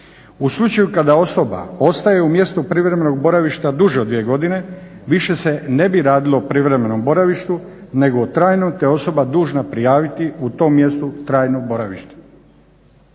U slučaju kada osoba ostaje u mjestu privremenog boravišta duže od 2 godine više se ne bi radilo o privremenom boravištu nego o trajnom, te je osoba dužna prijaviti u tom mjestu trajno boravište.